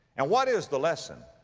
and what is the lesson,